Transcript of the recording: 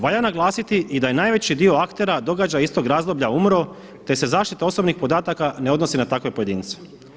Valja naglasiti i da je najveći dio aktera događaja iz tog razdoblja umro, te se zaštita osobnih podataka ne odnosi na takve pojedince.